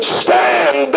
stand